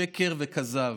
שקר וכזב.